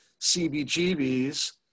CBGB's